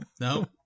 no